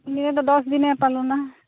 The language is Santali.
ᱱᱤᱭᱟᱹ ᱫᱚ ᱫᱚᱥ ᱫᱤᱱᱮ ᱯᱟᱞᱚᱱᱟ